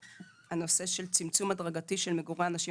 הנושא של צמצום הדרגתי של מגורי אנשים